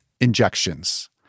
injections